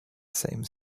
same